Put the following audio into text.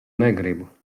negribu